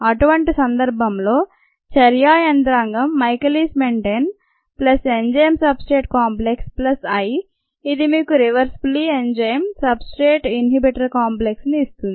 అటువంటి సందర్భంలో చర్యా యంత్రాంగం Michaelis Menten plus enzyme substrate complex plus I ఇది మీకు reversibly enzyme substrate inhibitor complex ని ఇస్తుంది